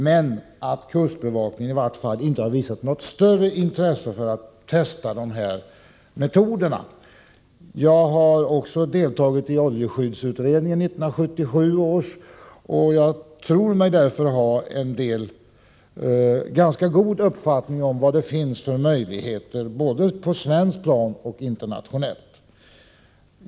Men kustbevakningen har inte visat något större intresse för att testa de här metoderna. Vidare har jag deltagit i 1977 års oljeskyddsutredning. Jag tror mig därför ha en ganska god uppfattning om möjligheterna härvidlag vad gäller både Sverige och internationellt sett.